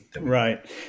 right